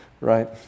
right